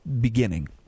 beginning